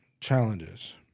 Challenges